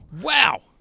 Wow